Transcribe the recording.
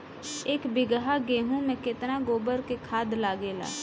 एक बीगहा गेहूं में केतना गोबर के खाद लागेला?